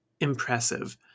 impressive